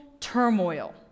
turmoil